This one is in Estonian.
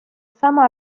sama